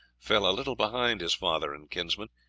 fell a little behind his father and kinsman,